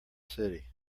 city